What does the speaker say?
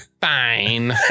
Fine